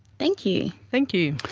thank you. thank you.